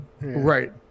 right